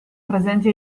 presenti